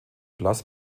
blass